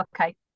okay